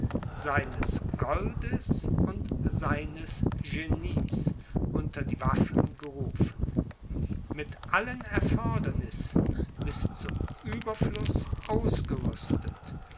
seines goldes und seines genies unter die waffen gerufen mit allen erfordernissen bis zum ueberfluß ausgerüstet